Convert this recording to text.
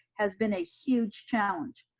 has been a huge challenge.